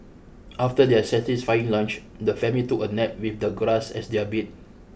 after their satisfying lunch the family took a nap with the grass as their bed